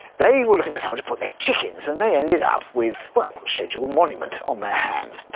they were looking for somewhere to put their chickens, and they ended up with, well, a scheduled monument on their hands.